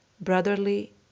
Brotherly